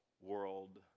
world